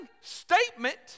statement